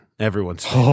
Everyone's